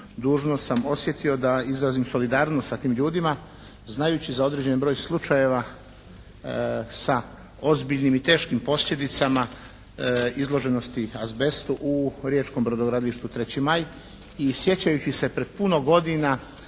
dužnost sam osjetio da izrazim solidarnost sa tim ljudima znajući na određeni broj slučajeva sa ozbiljnim i teškim posljedicama izloženosti azbestu u riječkom brodogradilištu "3. maj". I sjećajući se pred puno godina